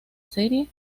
serie